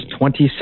26